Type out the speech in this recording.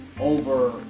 over